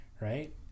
Right